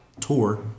tour